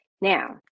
Now